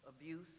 abuse